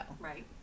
Right